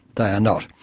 they are not.